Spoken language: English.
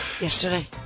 Yesterday